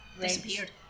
disappeared